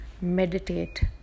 meditate